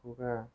ఎక్కువుగా